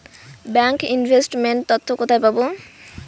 Bank investment তথ্য কোথায় পাব?